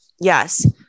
Yes